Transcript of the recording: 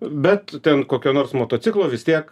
bet ten kokio nors motociklo vis tiek